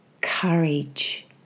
Courage